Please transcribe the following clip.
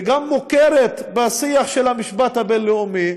וגם מוכרת בשיח של המשפט הבין-לאומי,